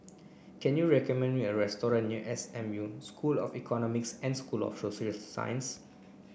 can you recommend me a restaurant near S M U School of Economics and School of Social Sciences